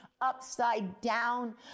upside-down